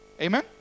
Amen